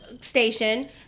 station